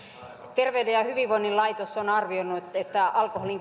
terveyden ja ja hyvinvoinnin laitos on arvioinut että alkoholin